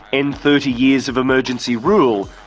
end thirty years of emergency rule,